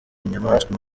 nyamaswa